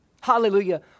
Hallelujah